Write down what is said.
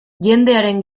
jendearen